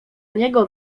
niego